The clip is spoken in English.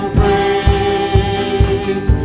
praise